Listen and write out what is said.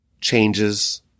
changes